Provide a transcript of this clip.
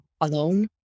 alone